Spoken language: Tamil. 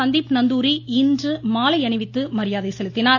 சந்தீப் நந்தூரி இன்று மாலை அணிவித்து மரியாதை செலுத்தினார்